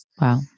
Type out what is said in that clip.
Wow